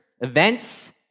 events